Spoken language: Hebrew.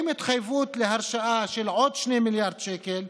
עם התחייבות להרשאה של עוד 2 מיליארד שקל.